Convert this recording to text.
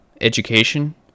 education